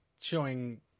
showing